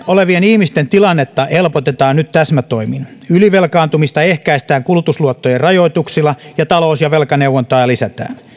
olevien tilannetta helpotetaan nyt täsmätoimin ylivelkaantumista ehkäistään kulutusluottojen rajoituksilla ja talous ja velkaneuvontaa lisätään